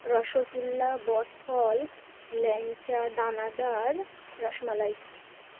রসগোল্লা বট ফল ল্যাংচা দানাদার রসমলাই